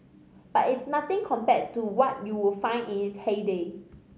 but it's nothing compared to what you would find in its heyday